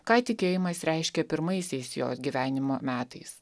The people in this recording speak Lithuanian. ką tikėjimas reiškia pirmaisiais jos gyvenimo metais